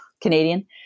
Canadian